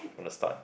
from the start